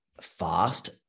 fast